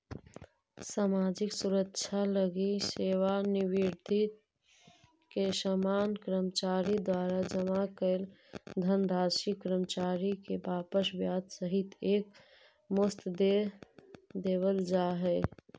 सामाजिक सुरक्षा लगी सेवानिवृत्ति के समय कर्मचारी द्वारा जमा कैल धनराशि कर्मचारी के वापस ब्याज सहित एक मुश्त दे देवल जाहई